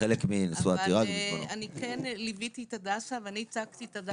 אני כן ליוויתי את הדסה ואני ייצגתי אותה.